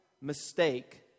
mistake